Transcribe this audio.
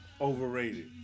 overrated